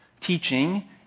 teaching